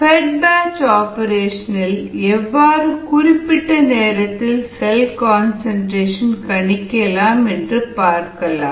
fed batch operation இல் எவ்வாறு குறிப்பிட்ட நேரத்தில் செல் கன்சன்ட்ரேஷன் கணிக்கலாம் என்று பார்க்கலாம்